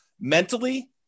mentally